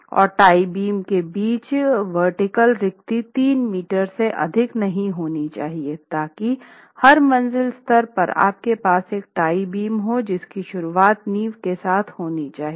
और tie beam के बीच ऊर्ध्वाधर रिक्ति 3 मीटर से अधिक नहीं होना चाहिए ताकि हर मंजिल स्तर पर आपके पास एक टाई बीम हो जिसकी शुरुवात नींव के साथ होना चाहिए